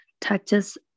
touches